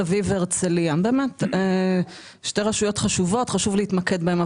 אביב והרצליה שהן באמת שתי רשויות חשובות שחשוב להתמקד בהן,